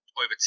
over